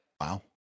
wow